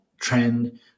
trend